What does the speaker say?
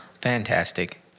fantastic